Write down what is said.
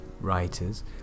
writers